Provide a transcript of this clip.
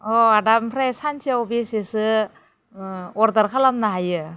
अ' आदा ओमफ्राय सानसेयाव बेसेसो अर्डार खालामनो हायो